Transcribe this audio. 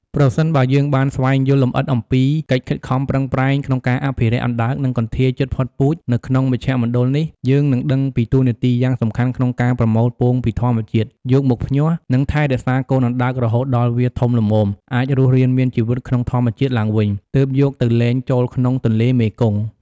ប្រសិនបើយើងបានស្វែងយល់លម្អិតអំពីកិច្ចខិតខំប្រឹងប្រែងក្នុងការអភិរក្សអណ្ដើក និងកន្ធាយជិតផុតពូជនៅក្នុងមជ្ឈមណ្ឌលនេះ យើងនឹងដឹងពីតួនាទីយ៉ាងសំខាន់ក្នុងការប្រមូលពងពីធម្មជាតិ យកមកភ្ញាស់ និងថែរក្សាកូនអណ្ដើករហូតដល់វាធំល្មមអាចរស់រានមានជីវិតក្នុងធម្មជាតិឡើងវិញ ទើបយកទៅលែងចូលក្នុងទន្លេមេគង្គ ។